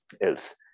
else